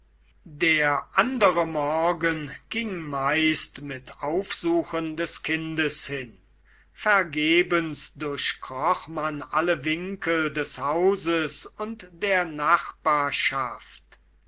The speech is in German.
der andere morgen ging meist mit aufsuchen des kindes hin vergebens durchkroch man alle winkel des hauses und der nachbarschaft